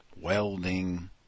welding